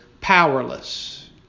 powerless